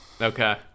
Okay